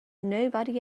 nobody